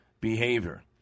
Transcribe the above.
Behavior